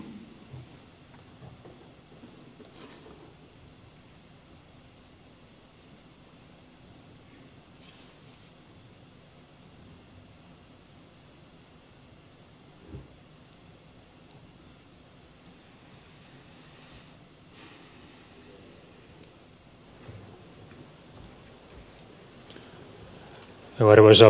arvoisa puhemies